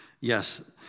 Yes